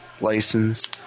license